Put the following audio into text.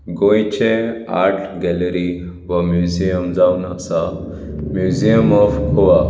गोयचे art gallery वा museum जावन आसा म्युजियम ऑफ गोवा